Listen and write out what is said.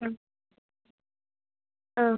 ആ ആ